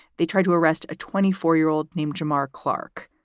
they tried to arrest a twenty four year old named jama'a clarke.